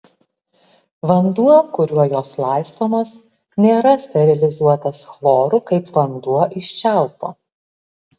vanduo kuriuo jos laistomos nėra sterilizuotas chloru kaip vanduo iš čiaupo